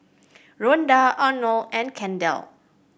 Ronda Armond and Kendell